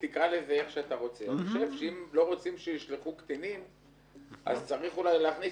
אני חושב שאם לא רוצים שישלחו קטינים אז צריך אולי להכניס